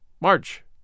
march